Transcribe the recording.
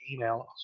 emails